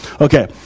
Okay